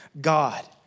God